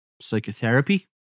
psychotherapy